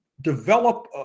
develop